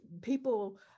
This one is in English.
people